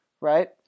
right